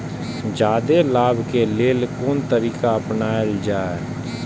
जादे लाभ के लेल कोन तरीका अपनायल जाय?